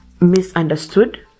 misunderstood